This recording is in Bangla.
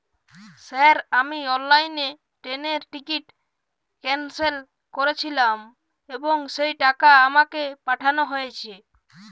স্যার আমি অনলাইনে ট্রেনের টিকিট ক্যানসেল করেছিলাম এবং সেই টাকা আমাকে পাঠানো হয়েছে?